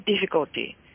difficulty